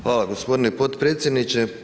Hvala gospodine podpredsjedniče.